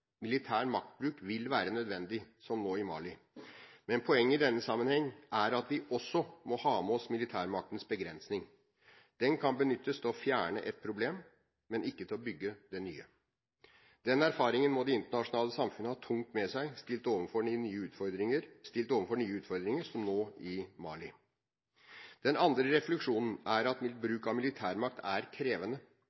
Militær maktbruk vil være nødvendig, som nå i Mali. Men poenget i denne sammenheng er at vi også må ha med oss militærmaktens begrensning. Militærmakt kan benyttes til å fjerne et problem, men ikke til å bygge det nye. Den erfaringen må det internasjonale samfunnet ha tungt med seg, stilt overfor nye utfordringer, som nå i Mali. Den andre refleksjonen er at